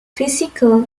physical